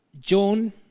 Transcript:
John